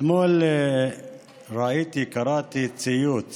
אתמול ראיתי, קראתי ציוץ